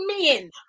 men